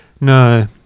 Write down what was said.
No